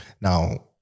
Now